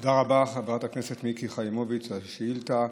תודה רבה, חברת הכנסת מיקי חיימוביץ', על השאילתה.